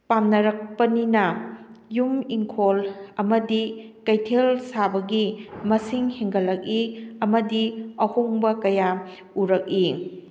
ꯄꯥꯝꯅꯔꯛꯄꯅꯤꯅ ꯌꯨꯝ ꯏꯪꯈꯣꯜ ꯑꯃꯗꯤ ꯀꯩꯊꯦꯜ ꯁꯥꯕꯒꯤ ꯃꯁꯤꯡ ꯍꯦꯟꯒꯠꯂꯛꯏ ꯑꯃꯗꯤ ꯑꯍꯣꯡꯕ ꯀꯌꯥ ꯎꯔꯛꯏ